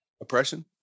Oppression